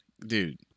dude